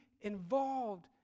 involved